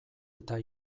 eta